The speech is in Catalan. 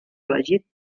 elegit